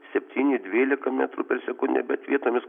septyni dvylika metrų per sekundę bet vietomis